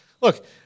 Look